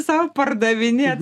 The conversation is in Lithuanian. sau pardavinė